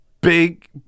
big